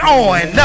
on